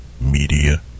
Media